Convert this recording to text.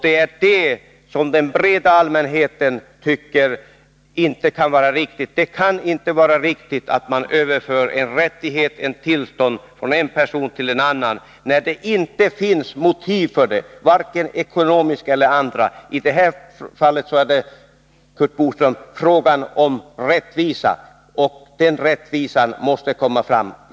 Det är detta som den breda allmänheten tycker inte kan vara riktigt. Det kan inte vara rätt att överföra en rättighet, ett tillstånd, från en person till en annan, när det inte finns motiv för det, varken ekonomiska eller andra. I detta fall, Curt Boström, är det fråga om rättvisa, och den rättvisan måste segra.